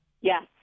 Yes